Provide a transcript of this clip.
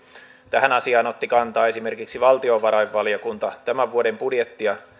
tähän asiaan otti kantaa esimerkiksi valtiovarainvaliokunta tämän vuoden budjettia